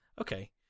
okay